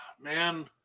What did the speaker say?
Man